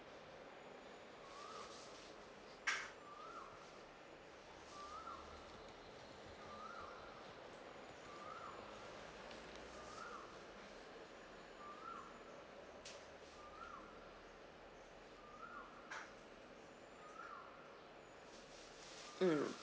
mm